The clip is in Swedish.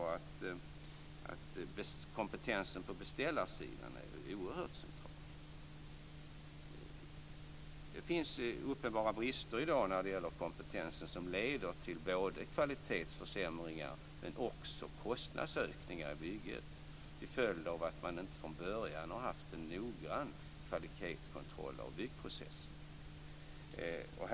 Jag tror det var Ulla-Britt Hagström som sade det. Det finns uppenbara brister i dag när det gäller kompetensen som leder till kvalitetsförsämringar men också till kostnadsökningar i bygget till följd av att man inte från början har haft en noggrann kvalitetskontroll av byggprocessen.